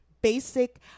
basic